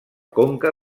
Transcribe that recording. conca